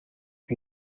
are